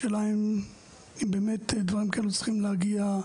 השאלה אם באמת דברים כאלו צריכים להגיע,